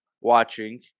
watching